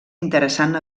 interessant